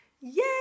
Yay